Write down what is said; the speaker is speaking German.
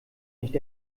nicht